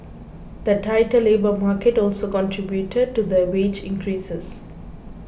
the tighter labour market also contributed to the wage increases